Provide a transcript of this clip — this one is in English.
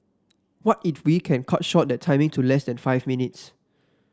what if we can cut short that timing to less than five minutes